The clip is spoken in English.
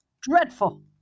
Dreadful